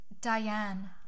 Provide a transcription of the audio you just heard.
Diane